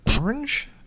Orange